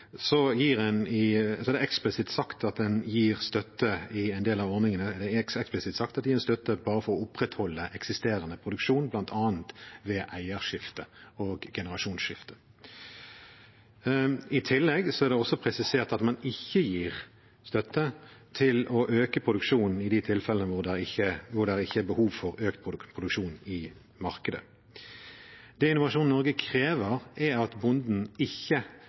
en del av ordningene bare for å opprettholde eksisterende produksjon, bl.a. ved eierskifte og generasjonsskifte. I tillegg er det også presisert at man ikke gir støtte til å øke produksjonen i de tilfellene hvor det ikke er behov for økt produksjon i markedet. Det Innovasjon Norge krever, er at bonden ikke